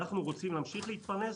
אנחנו רוצים להמשיך להתפרנס,